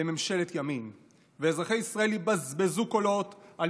לממשלת ימין ואזרחי ישראל יבזבזו קולות על